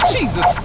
Jesus